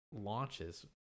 launches